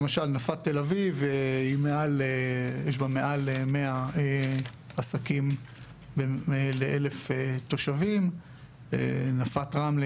בנפת תל אביב יש מעל 100 עסקים ל-1,000 תושבים; נפת רמלה